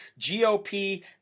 GOP